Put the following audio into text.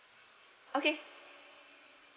okay